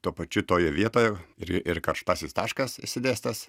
tuo pačiu toje vietoje ir ir karštasis taškas išsidėstęs